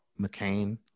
McCain